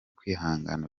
kwihangana